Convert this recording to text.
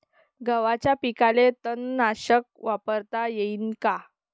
गव्हाच्या पिकाले तननाशक वापरता येईन का?